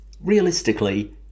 Realistically